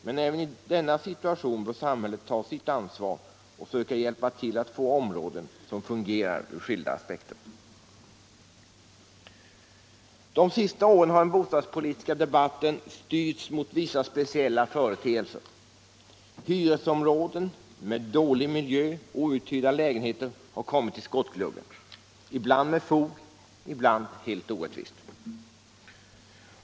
Men även i denna situation bör samhället ta sitt ansvar och söka hjälpa till att få områden, som fungerar ur skilda aspekter. De senaste åren har den bostadspolitiska debatten styrts mot vissa speciella företeelser. Hyresområden med dålig miljö och outhyrda lägenheter har kommit i skottgluggen. Ibland med fog, ibland helt orättvist.